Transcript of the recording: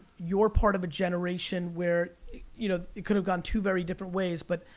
you're part of a generation where you know it could have gone two very different ways. but,